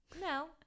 No